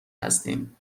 هستیم